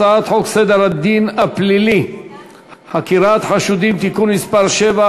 הצעת חוק סדר הדין הפלילי (חקירת חשודים) (תיקון מס' 7)